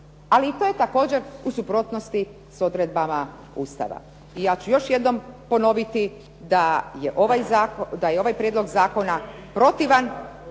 ali i to je također u suprotnosti sa odredbama Ustava. I ja ću još jednom ponoviti da je ovaj prijedlog zakona protivan